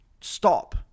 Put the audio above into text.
stop